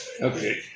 Okay